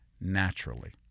naturally